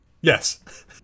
yes